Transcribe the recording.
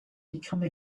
become